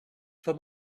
for